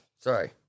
Sorry